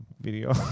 video